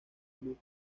club